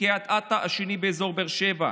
בקריית אתא, השני באזור באר שבע.